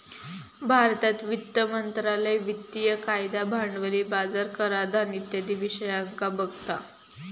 भारतात वित्त मंत्रालय वित्तिय कायदा, भांडवली बाजार, कराधान इत्यादी विषयांका बघता